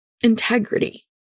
Integrity